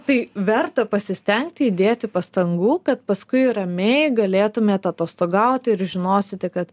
tai verta pasistengti įdėti pastangų kad paskui ramiai galėtume atostogauti ir žinosite kad